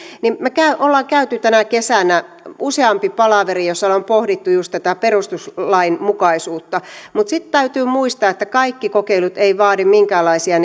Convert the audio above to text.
niin me olemme käyneet tänä kesänä useamman palaverin joissa on pohdittu juuri tätä perustuslainmukaisuutta mutta sitten täytyy muistaa että kaikki kokeilut eivät vaadi minkäänlaisia